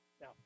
Now